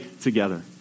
together